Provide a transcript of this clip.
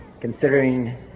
considering